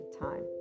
time